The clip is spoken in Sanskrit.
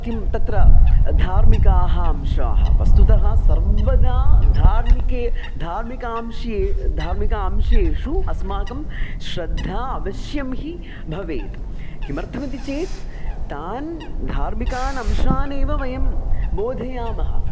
किं तत्र धार्मिकाः अंशाः वस्तुतः सर्वदा धार्मिके धार्मिकांशे धार्मिक अंशेषु अस्माकं श्रद्धा अवश्यं हि भवेत् किमर्थमिति चेत् तान् धार्मिकान् अंशान् एव वयं बोधयामः